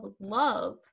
love